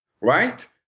right